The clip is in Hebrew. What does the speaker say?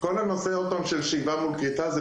כל הנושא, עוד פעם, של שאיבה מול כריתה זה